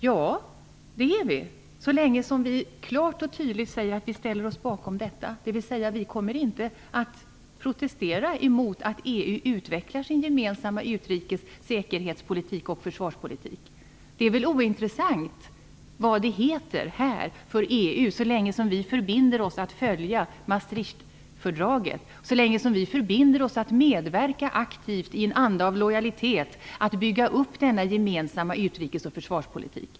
Ja, det är vi så länge som vi klart och tydligt säger att vi ställer oss bakom detta, dvs. vi kommer inte att protestera mot att EU utvecklar sin gemensamma utrikes-, säkerhets och försvarspolitik. Det är väl ointressant för EU vad det heter här, så länge som vi förbinder oss att följa Maastrichtfördraget, så länge som vi förbinder oss att medverka aktivt i en anda av lojalitet när det gäller att bygga upp denna gemensamma utrikes och försvarspolitik.